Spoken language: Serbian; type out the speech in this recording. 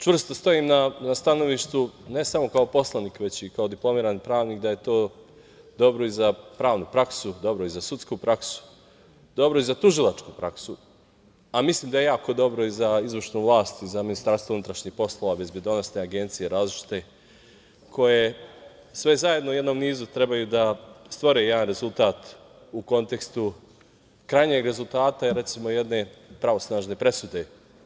Čvrsto stojim na stanovištu, ne samo kao poslanik, već kao diplomirani pravnik, da je to dobro i za pravnu praksu, dobro i za sudsku praksu, dobro i za tužilačku praksu, a mislim da je jako dobro i za izvršnu vlast, za Ministarstvo unutrašnjih poslova, različite bezbedonosne agencije, koje sve zajedno u jednom nizu trebaju da stvore jedan rezultat u kontekstu krajnjeg rezultata, recimo, jedne pravosnažne presude.